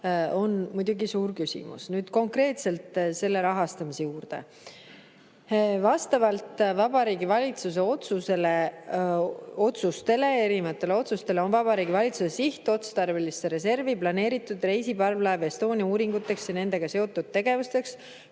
on muidugi suur küsimus. Konkreetselt selle rahastamise juurde. Vastavalt Vabariigi Valitsuse erinevatele otsustele on Vabariigi Valitsuse sihtotstarbelisse reservi planeeritud reisiparvlaeva Estonia uuringuteks ja nendega seotud tegevusteks